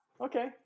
Okay